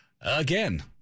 Again